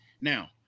Now